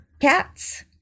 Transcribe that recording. cats